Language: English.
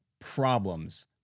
problems